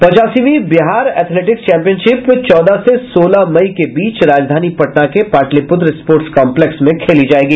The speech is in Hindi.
पचासीवीं बिहार एथलेटिक्स चैंपियनशिप चौदह से सोलह मई के बीच राजधानी पटना के पाटलिपुत्र स्पोर्ट्स कम्पलेक्स में होगी